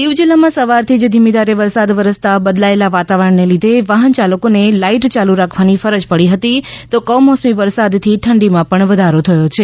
દિવ જિલ્લામાં સવારથી જ ધીમી ધારે વરસાદ વરસતાં બદલાયેલા વાતાવરણને લીધે વાહન ચાલકોને લાઈટ ચાલુ રાખવાની ફરજ પડી હતી તો કમોસમી વરસાદથી ઠંડીમાં પણ વધારો થયો છે